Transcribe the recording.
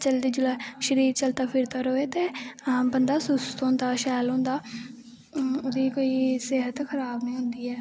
शरीर चलदा फिरदा रवै ते अस बंदा स्वस्थ होंदा शैल बोंदा ओह्दी कोई सेह्त खराब नी होंदी ऐ